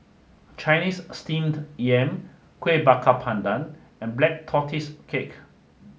Chinese Steamed Yam Kueh Bakar Pandan and Black Tortoise cake